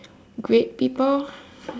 grade people